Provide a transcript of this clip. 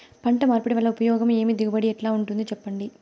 పంట మార్పిడి వల్ల ఉపయోగం ఏమి దిగుబడి ఎట్లా ఉంటుందో చెప్పండి?